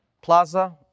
plaza